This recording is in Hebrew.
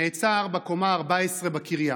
ונעצר בקומה ה-14 בקריה.